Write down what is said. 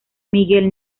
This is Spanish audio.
miguel